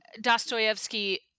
Dostoevsky